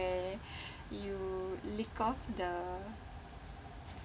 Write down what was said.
where you lick off the